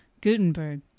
Gutenberg